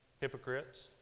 hypocrites